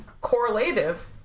correlative